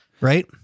Right